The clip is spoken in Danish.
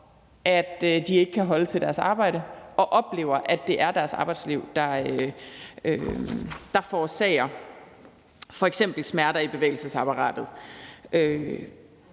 at de ikke kan holde til deres arbejde, og oplever, at det er deres arbejdsliv, der forårsager f.eks. smerter i bevægeapparatet.